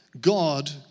God